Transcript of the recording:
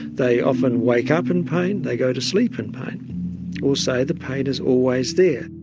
they often wake up in pain, they go to sleep in pain or say the pain is always there.